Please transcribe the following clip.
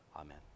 Amen